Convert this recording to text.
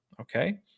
okay